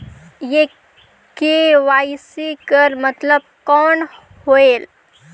ये के.वाई.सी कर मतलब कौन होएल?